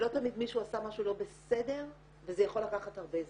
שלא תמיד מישהו עשה משהו לא בסדר וזה יכול לקחת הרבה זמן.